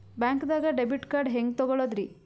ಬ್ಯಾಂಕ್ದಾಗ debit card ಹೆಂಗ್ ತಗೊಳದ್ರಿ?